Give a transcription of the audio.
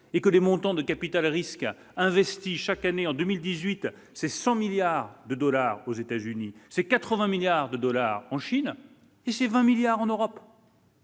et que les montants de capital-risque investi chaque année en 2018 c'est 100 milliards de dollars aux États-Unis, ces 80 milliards de dollars en Chine et ces 20 milliards en Europe.